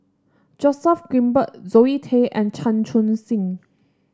Joseph Grimberg Zoe Tay and Chan Chun Sing